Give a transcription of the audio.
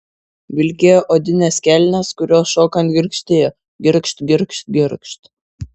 vilkėjo odines kelnes kurios šokant girgždėjo girgžt girgžt girgžt